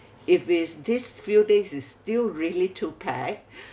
if it's this few days is still really too packed